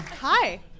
hi